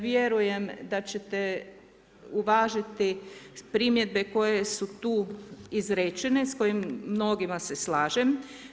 Vjerujem da ćete uvažiti primjedbe koje su tu izrečene, s kojima mnogima se slažem.